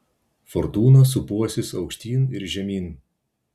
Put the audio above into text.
fortūna sūpuosis aukštyn ir žemyn